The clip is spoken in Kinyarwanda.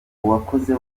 uwakoze